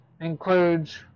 includes